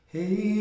Hey